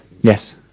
Yes